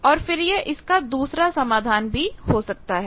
और फिर यह इसका दूसरा समाधान भी हो सकता है